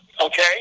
okay